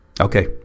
Okay